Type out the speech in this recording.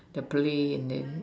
the plane and then